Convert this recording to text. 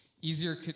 easier